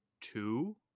two